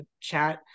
chat